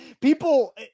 People